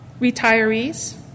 retirees